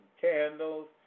candles